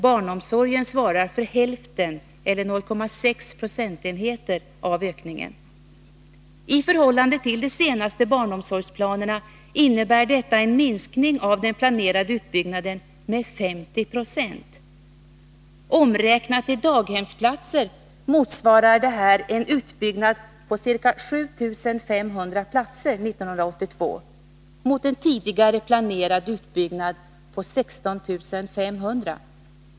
Barnomsorgen svarar för hälften eller 0,6 procentenheter av ökningen. I förhållande till de senaste barnomsorgsplanerna innebär detta en minskning av den planerade utbyggnaden med 50 20. Omräknat i daghemsplatser motsvarar detta en utbyggnad på ca 7 500 platser 1982 mot en tidigare planerad utbyggnad på 16 500.